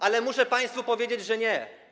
Ale muszę państwu powiedzieć, że nie.